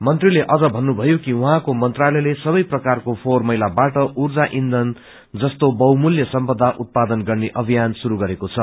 मन्त्रीले अझ भन्नुभयो कि उहाँको मंत्रालयले सबै प्रकारको फोहर मैलाबाट उर्जा इन्थन जस्तो बहुमूल्य सम्पदा उत्पादन गर्ने अभियान शुरू गरेको छ